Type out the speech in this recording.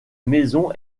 maison